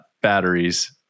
batteries